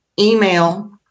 email